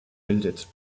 bildet